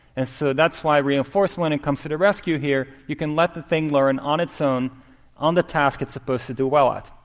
and so that's why reinforcement and comes to the rescue here. you can let the thing learn on its own on the task it's supposed to do well at.